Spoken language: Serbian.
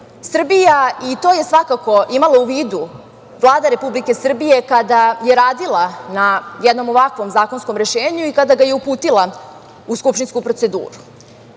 Srbija i to je svakako imala u vidu Vlada Republike Srbije kada je radila na jednom ovakvom zakonskom rešenju i kada ga je uputila u skupštinsku proceduru.